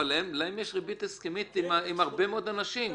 להם יש ריבית הסכמית עם הרבה מאוד אנשים,